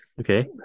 Okay